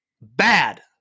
Bad